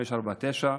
549,